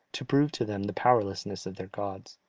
to prove to them the powerlessness of their gods.